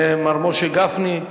מר משה גפני,